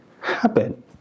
happen